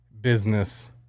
business